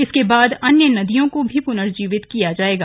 इसके बाद अन्य नदियों को भी पुनर्जीवित किया जायेगा